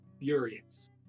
furious